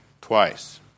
twice